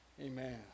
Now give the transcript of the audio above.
Amen